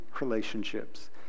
relationships